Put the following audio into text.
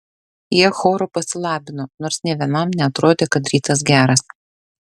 jie choru pasilabino nors nė vienam neatrodė kad rytas geras